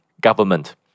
government